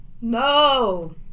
No